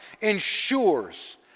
ensures